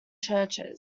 churches